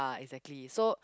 exactly so